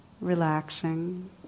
relaxing